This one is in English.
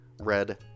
red